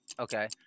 Okay